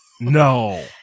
No